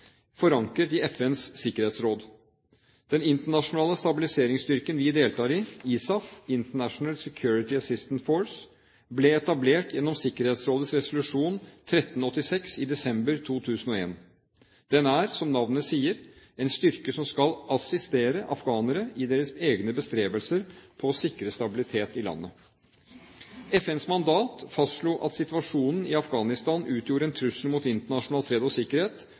forankret i FNs sikkerhetsråd. Den internasjonale stabiliseringsstyrken vi deltar i, ISAF – International Security Assistance Force – ble etablert gjennom Sikkerhetsrådets resolusjon 1386 i desember 2001. Den er, som navnet sier, en styrke som skal assistere afghanere i deres egne bestrebelser på å sikre stabilitet i landet. FNs mandat fastslo at situasjonen i Afghanistan utgjorde en trussel mot internasjonal fred og sikkerhet,